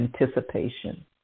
anticipation